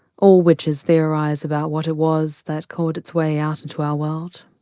all which is theorized about what it was that called its way out into our world,